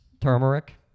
turmeric